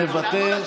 מוותר,